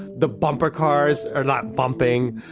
the bumper cars are not bumping.